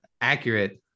accurate